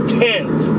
tenth